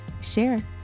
share